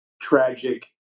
tragic